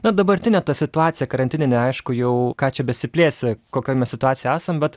na dabartinę situaciją karantininę aišku jau ką čia besiplėsi kokioj mes situacijoj esam bet